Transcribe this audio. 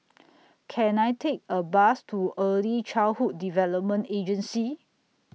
Can I Take A Bus to Early Childhood Development Agency